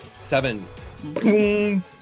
Seven